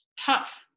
tough